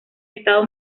estado